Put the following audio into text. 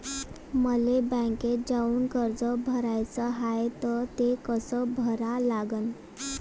मले बँकेत जाऊन कर्ज भराच हाय त ते कस करा लागन?